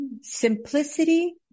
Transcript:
simplicity